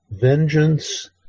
vengeance